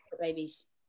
babies